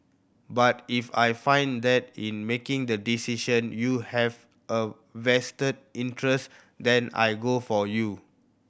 but if I find that in making the decision you have a vested interest then I go for you